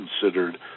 considered